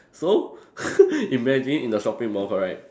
so imagine in a shopping mall correct